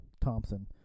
Thompson